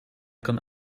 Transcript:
kan